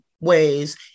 ways